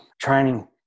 training